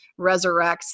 resurrects